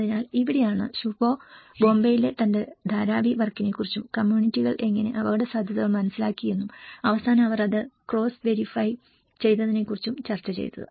അതിനാൽ ഇവിടെയാണ് ശുഭോ ബോംബെയിലെ തന്റെ ധാരാവി വർക്കിനെക്കുറിച്ചും കമ്മ്യൂണിറ്റികൾ എങ്ങനെ അപകടസാധ്യതകൾ മനസ്സിലാക്കിയെന്നും അവസാനം അവർ അത് ക്രോസ് വെരിഫൈ ചെയ്തതിനെക്കുറിച്ചും ചർച്ച ചെയ്തത്